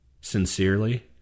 Sincerely